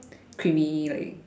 creamy right